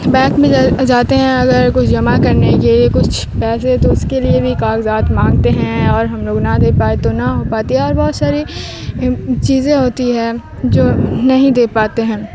bank میں جا جاتے ہیں اگر کچھ جمع کرنے کے لیے کچھ پیسے تو اس کے لیے بھی کاغذات مانگتے ہیں اور ہم لوگ نہ دے پائے تو نہ ہو پاتی اور بہت ساری چیزیں ہوتی ہے جو نہیں دے پاتے ہیں